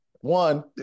One